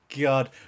God